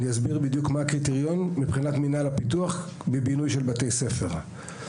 אני אסביר בדיוק מה הקריטריון של מנהל הפיתוח בבינוי בתי ספר.